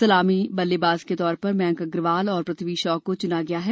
सलामी बल्लेबाज के तौर पर मयंक अग्रवाल और पृथ्वी शॉ को चुना गया है